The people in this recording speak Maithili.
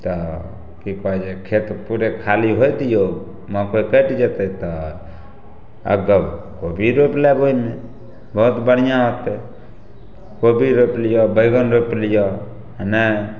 तऽ की कहय छै खेत पूरे खाली होइ दियौ मकइ कटि जेतय तऽ कोबी रोपि लेब ओइमे बहुत बढ़िआँ होतय कोबी रोपि लिअ बैंगन रोपि लिअ आओर नहि